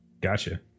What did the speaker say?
Gotcha